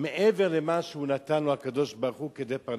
מעבר למה שנתן לו הקדוש-ברוך-הוא כדי פרנסתו.